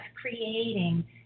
creating